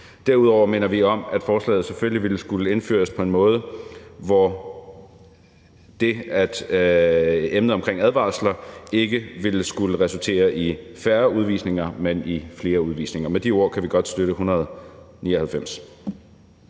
Derudover minder vi om, at forslaget selvfølgelig ville skulle indføres på en måde, hvor det i forhold til emnet omkring advarsler ikke ville skulle resultere i færre udvisninger, men i flere udvisninger. Med de ord kan vi godt støtte B 199.